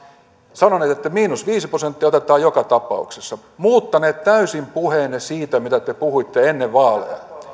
sanoneet että miinus viisi prosenttia otetaan joka tapauksessa muuttaneet täysin puheenne siitä mitä te puhuitte ennen vaaleja